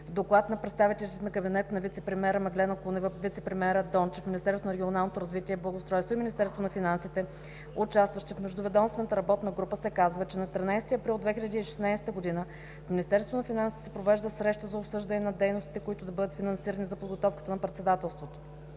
В доклад на представителите на кабинета на вицепремиера Меглена Кунева, вицепремиера Томислав Дончев, Министерството на регионалното развитие и благоустройството и Министерството на финансите, участващи в Междуведомствената работна група, се казва, че на 13 април 2016 г. в Министерството на финансите се провежда среща за обсъждане на дейностите, които да бъдат финансирани за подготовката на председателството.